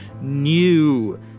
new